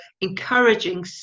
encouraging